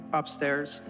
upstairs